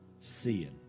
seeing